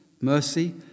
mercy